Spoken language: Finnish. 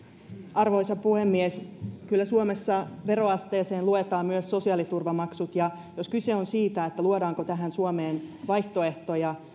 arvoisa puhemies kyllä suomessa veroasteeseen luetaan myös sosiaaliturvamaksut ja jos kyse on siitä luodaanko suomeen vaihtoehtoja